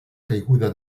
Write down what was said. caiguda